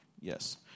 yes